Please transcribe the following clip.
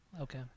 Okay